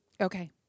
okay